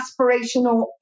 aspirational